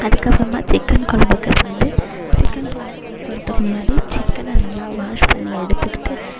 அதுக்கப்புறமா சிக்கன் குழம்புக்கு வந்து சிக்கன் குழம்பு செய்ய போகிறதுக்கு முன்னாடி சிக்கனை நல்லா வாஷ் பண்ணி எடுத்துக்கிட்டு